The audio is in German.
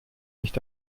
nicht